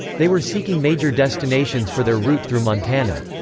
they were seeking major destinations for their route through montana.